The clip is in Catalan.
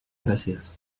gràcies